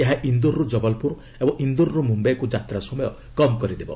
ଏହା ଇନ୍ଦୋରରୁ ଜବଲପୁର ଏବଂ ଇନ୍ଦୋର୍ରୁ ମୁମ୍ୟାଇକୁ ଯାତ୍ରା ସମୟ କମ୍ କରିଦେବ